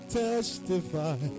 testify